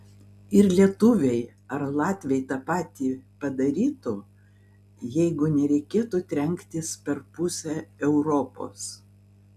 ir lietuviai ar latviai tą patį padarytų jeigu nereikėtų trenktis per pusę europos